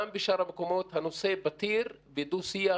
גם בשאר המקומות, הנושא פתיר בדו-שיח